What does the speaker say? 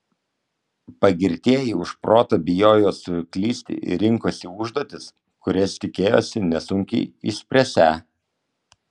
pagirtieji už protą bijojo suklysti ir rinkosi užduotis kurias tikėjosi nesunkiai išspręsią